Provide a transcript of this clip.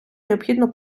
необхідно